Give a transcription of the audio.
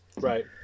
Right